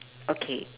okay